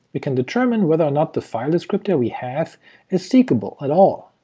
we can determine whether or not the file descriptor we have is seekable at all,